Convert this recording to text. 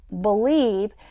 believe